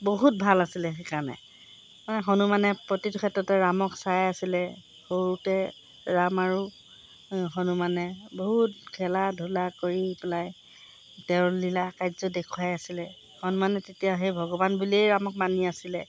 বহুত ভাল আছিলে সেইকাৰণে মানে হনুমানে প্ৰতিটো ক্ষেত্ৰতে ৰামক চাই আছিলে সৰুতে ৰাম আৰু হনুমানে বহুত খেলা ধূলা কৰি পেলাই তেওঁৰ লীলা কাৰ্য্য় দেখুৱাই আছিলে হনুমানে তেতিয়া সেই ভগৱান বুলিয়েই ৰামক মানি আছিলে